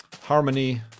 Harmony